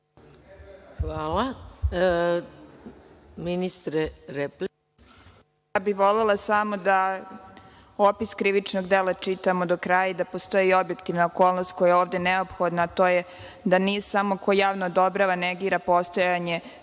**Nela Kuburović** Ja bih volela samo da popis krivičnog dela čitamo do kraja i da postoji objektivna okolnost koja je ovde neophodna, a to je da nije samo ko javno odobrava negira postojanje